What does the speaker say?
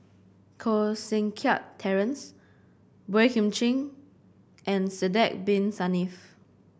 Koh Seng Kiat Terence Boey Kim Cheng and Sidek Bin Saniff